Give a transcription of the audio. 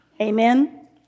Amen